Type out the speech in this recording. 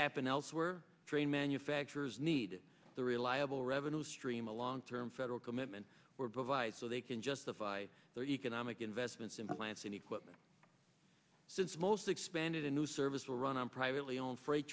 happen elsewhere train manufacturers need the reliable revenues stream a long term federal commitment provided so they can justify their economic investments in plants and equipment since most expanded a new service will run on privately owned freight